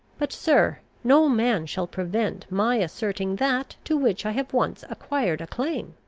but, sir, no man shall prevent my asserting that to which i have once acquired a claim!